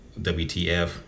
WTF